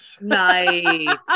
nice